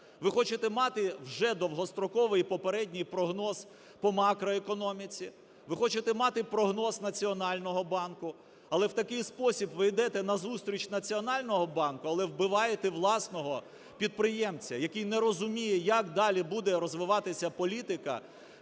ви хочете мати вже довгостроковий попередній прогноз по макроекономіці, ви хочете мати прогноз Національного банку. Але в такий спосіб ви йдете назустріч Національному банку, але вбиваєте власного підприємця, який не розуміє, як далі буде розвиватися політика